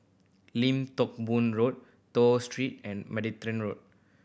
Lim Teck Boo Road Toh Street and Martaban Road